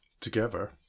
Together